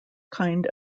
kind